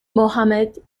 mohammad